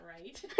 right